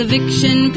Eviction